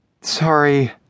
Sorry